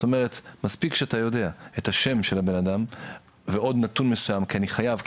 מספיק שאתה יודע את השם של הבן אדם ועוד נתון מסוים כי אני חייב,